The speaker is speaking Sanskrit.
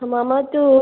मम तु